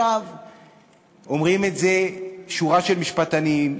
אומרים את זה שורה של משפטנים,